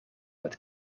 met